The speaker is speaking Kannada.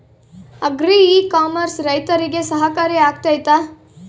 ಅಗ್ರಿ ಇ ಕಾಮರ್ಸ್ ರೈತರಿಗೆ ಸಹಕಾರಿ ಆಗ್ತೈತಾ?